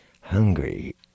hungry